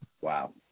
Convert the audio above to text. wow